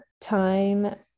Time